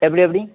எப்படி எப்படிங்க